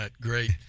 Great